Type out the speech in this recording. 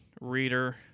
reader